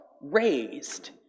raised